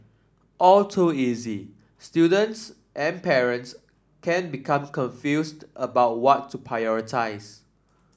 all too easy students and parents can become confused about what to prioritise